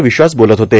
विश्वास बोलत होते